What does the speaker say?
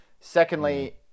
Secondly